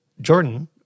Jordan